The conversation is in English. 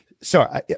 Sorry